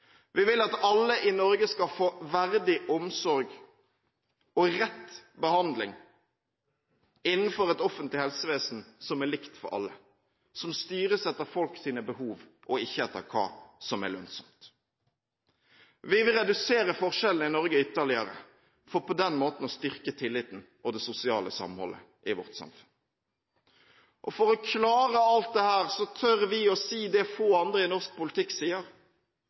Vi vil at alle i Norge skal få verdig omsorg og rett behandling innenfor et offentlig helsevesen som er likt for alle, som styres etter folks behov og ikke etter hva som er lønnsomt. Vi vil redusere forskjellene i Norge ytterligere for på den måten å styrke tilliten og det sosiale samholdet i vårt samfunn. Og for å klare alt dette tør vi å si det få andre i norsk politikk sier: